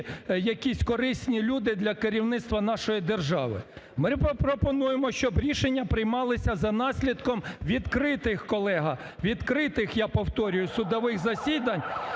якісь корисні люди для керівництва нашої держави. Ми пропонуємо, щоб рішення приймалися за наслідком відкритих, колега, відкритих, я повторюю, судових засідань,